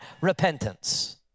Repentance